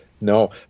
No